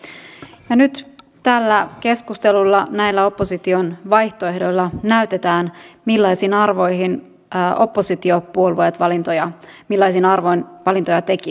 ja nyt tällä keskustelulla näillä opposition vaihtoehdoilla näytetään millaisin arvoin oppositiopuolueet valintoja tekisivät